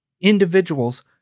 individuals